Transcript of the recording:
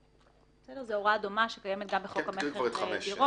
זו הוראה דומה שקיימת גם בחוק המכר דירות.